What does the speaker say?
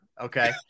Okay